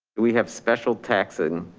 we have special taxing